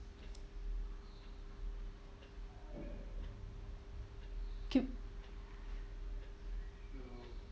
keep